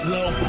Low